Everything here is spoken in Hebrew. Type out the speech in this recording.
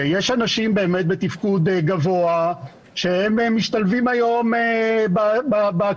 יש אנשים באמת בתפקוד גבוה שמשתלבים היום באקדמיה.